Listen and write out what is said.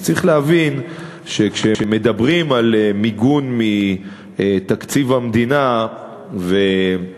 אז צריך להבין שכשמדברים על מיגון מתקציב המדינה ומדברים